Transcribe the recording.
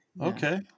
okay